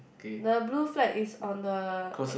the blue flag is on the eh